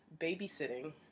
babysitting